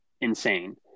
insane